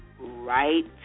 right